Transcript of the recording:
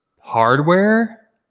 hardware